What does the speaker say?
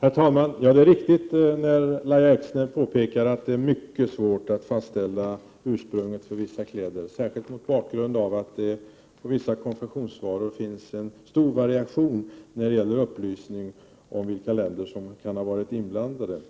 Herr talman! Det är riktigt, som Lahja Exner påpekar, att det är mycket svårt att fastställa ursprunget för vissa kläder, särskilt mot bakgrund av att det för vissa konfektionsvaror finns stor variation i fråga om upplysning om vilka länder som kan ha varit inblandade.